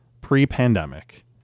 pre-pandemic